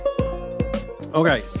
Okay